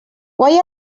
why